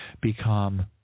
become